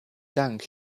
dank